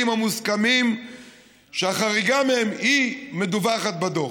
המוסכמים שהחריגה מהם היא המדווחת בדוח.